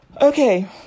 okay